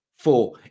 Four